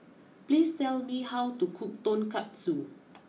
please tell me how to cook Tonkatsu